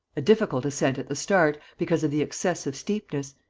a difficult ascent at the start, because of the excessive steepness,